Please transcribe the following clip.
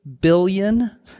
billion